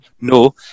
No